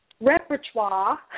repertoire